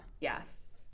yes